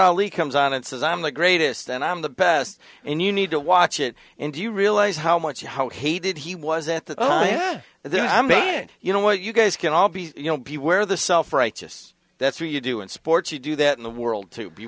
ali comes on and says i'm the greatest and i'm the best and you need to watch it in do you realize how much how hated he was at that oh yeah then i mean you know what you guys can all be you know be where the self righteous that's what you do in sports you do that in the world to be